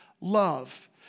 love